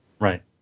Right